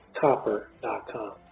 copper.com